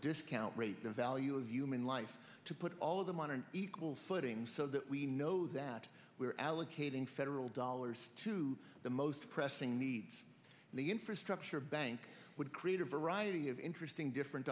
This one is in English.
discount rate the value of human life to put all of them on an equal footing so that we know that we're allocating federal dollars to the most pressing needs in the infrastructure bank would create a variety of interesting different